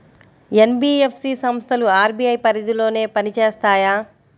NBFC సంస్థలు RBI పరిధిలోనే పని చేస్తాయా?